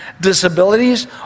disabilities